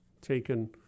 taken